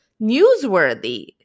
newsworthy